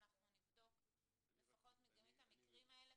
ואנחנו נבדוק לפחות מדגמית את המקרים האלה